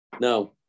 No